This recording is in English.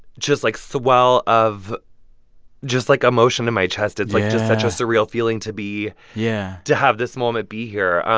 just, like, swell of just, like, emotion in my chest yeah it's, like, just such a surreal feeling to be. yeah. to have this moment be here.